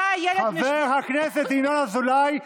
חבר הכנסת ינון אזולאי,